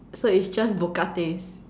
so it's just vodka taste